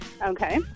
Okay